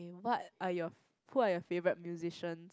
what are your who are your favourite musicians